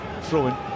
throwing